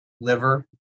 liver